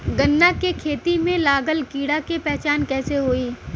गन्ना के खेती में लागल कीड़ा के पहचान कैसे होयी?